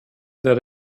that